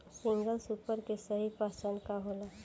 Single super के सही पहचान का होला?